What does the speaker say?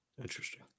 Interesting